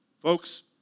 Folks